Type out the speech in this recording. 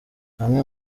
bamwe